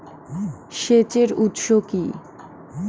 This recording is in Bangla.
সেচের উৎস কি?